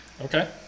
Okay